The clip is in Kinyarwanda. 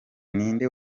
ninde